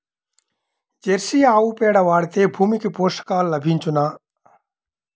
Jersey ఆవు పేడ వాడితే భూమికి పోషకాలు లభించునా?